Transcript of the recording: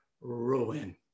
ruin